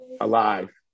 alive